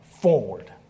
forward